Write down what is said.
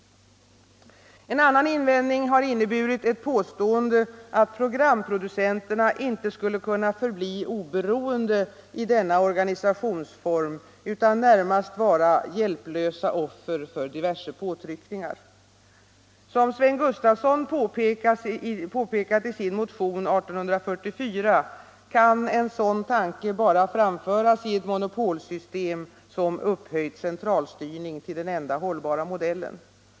En annan invändning har inneburit ett påstående att programproducenterna inte skulle kunna förbli oberoende i denna organisationsform utan närmast vara hjälplösa offer för diverse påtryckningar. Som Sven Gustafson påpekat i sin motion 1844 kan en sådan tanke bara framföras i ett monopolsystem som upphöjt centralstyrning till den enda hållbara modellen.